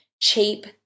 cheap